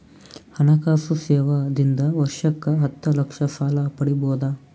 ಹಣಕಾಸು ಸೇವಾ ದಿಂದ ವರ್ಷಕ್ಕ ಹತ್ತ ಲಕ್ಷ ಸಾಲ ಪಡಿಬೋದ?